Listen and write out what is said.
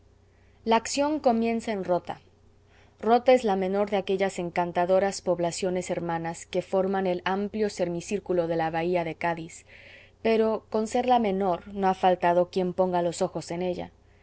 la acción comienza en rota rota es la menor de aquellas encantadoras poblaciones hermanas que forman el amplio semicírculo de la bahia de cádiz pero con ser la menor no ha faltado quien ponga los ojos en ella